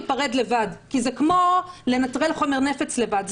להיפרד לבד כי זה כמו לנטרל חומר נפץ לבד.